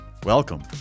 Welcome